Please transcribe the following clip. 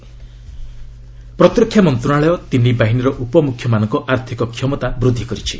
defence power ପ୍ରତିରକ୍ଷା ମନ୍ତ୍ରଣାଳୟ ତିନି ବାହିନୀର ଉପମୁଖ୍ୟମାନଙ୍କ ଆର୍ଥକ କ୍ଷମତା ବୃଦ୍ଧି କରିଛି